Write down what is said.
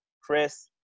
Chris